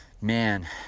Man